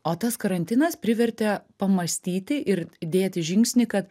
o tas karantinas privertė pamąstyti ir dėti žingsnį kad